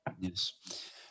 Yes